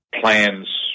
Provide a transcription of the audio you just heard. plans